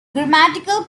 grammatical